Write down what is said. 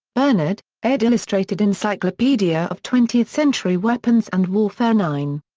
bernard, ed. illustrated encyclopedia of twentieth century weapons and warfare nine.